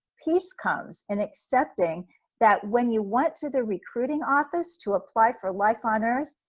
peace comes in accepting that when you went to the recruiting office to apply for life on earth,